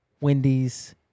Wendy's